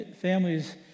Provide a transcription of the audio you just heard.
families